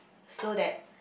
so that